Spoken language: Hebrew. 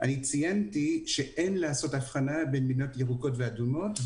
ציינתי שאין לעשות הבחנה בין מדינות ירוקות ואדומות.